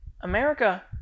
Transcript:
America